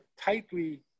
tightly